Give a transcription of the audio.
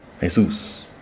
Jesus